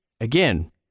again